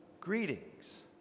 Greetings